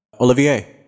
Olivier